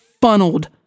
funneled